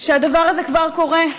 שהדבר הזה כבר קורה,